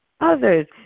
others